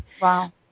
wow